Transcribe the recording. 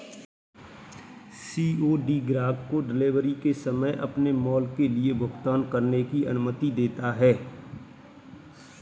COD ग्राहक को delivery के समय अपने माल के लिए भुगतान करने की अनुमति देता है